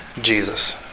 Jesus